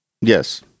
Yes